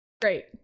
Great